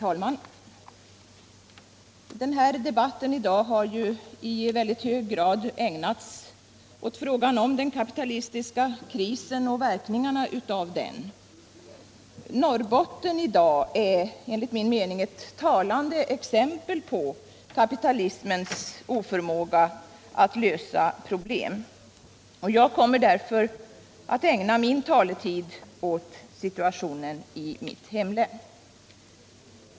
Herr talman! Debatten i dag har i väldigt hög grad ägnats frågan om den kapitalistiska krisen och verkningarna av den. Norrbotten i dag är enligt min mening ett talande exempel på kapitalismens oförmåga att lösa problem. Jag kommer därför att ägna min taletid åt situationen i mitt hemlän.